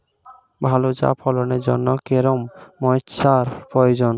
ভালো চা ফলনের জন্য কেরম ময়স্চার প্রয়োজন?